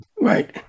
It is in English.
Right